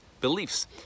beliefs